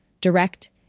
direct